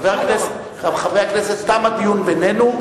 רבותי חברי הכנסת, תם הדיון בינינו.